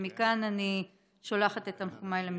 ומכאן אני שולחת את תנחומיי למשפחות.